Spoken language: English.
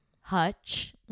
hutch